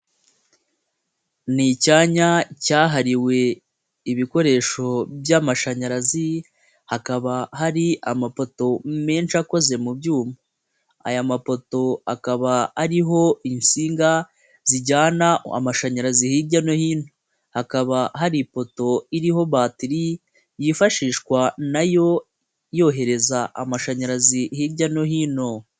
Ni icyanya cyahariwe ibikoresho by'amashanyarazi hakaba hari amapoto menshi akoze mu byuma, aya mapoto akaba ariho insinga zijyana amashanyarazi hirya no hino hakaba hari ipoto iriho batiri yifashishwa na yo yohereza amashanyarazi hirya no hino.